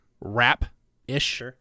rap-ish